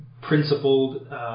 principled